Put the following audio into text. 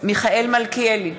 מיכאל מלכיאלי,